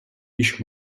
již